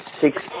six